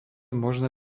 možné